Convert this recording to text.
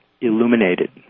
illuminated